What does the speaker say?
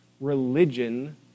religion